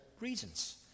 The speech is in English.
reasons